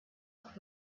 auch